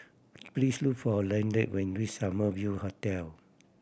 please look for Lanette when reach Summer View Hotel